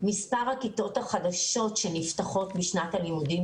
מספר הכיתות החדשות שנפתחות בשנת הלימודים